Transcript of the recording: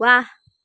वाह